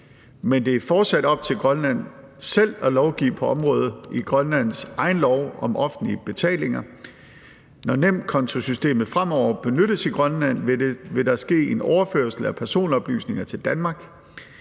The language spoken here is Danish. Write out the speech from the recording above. men det er fortsat op til Grønland selv at lovgive på området i Grønlands egen lov om offentlige betalinger. Når nemkontosystemet fremover benyttes i Grønland, vil der ske en overførsel af personoplysninger til Danmark.